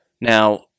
Now